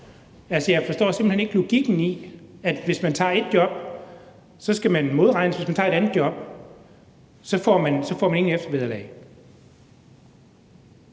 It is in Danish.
jeg forstår simpelt hen ikke logikken i, at hvis man tager ét job, skal man modregnes; hvis man tager et andet job, får man ingen eftervederlag.